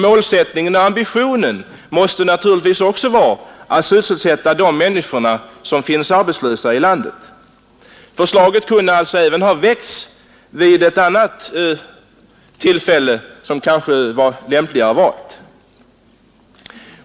Målsättningen och ambitionen måste naturligtvis också vara att sysselsätta de människor i landet som är arbetslösa. Förslaget kunde alltså ha väckts vid ett lämpligare tillfälle.